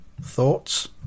Thoughts